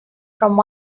from